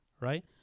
right